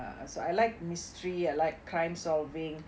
so I like mystery I like crime solving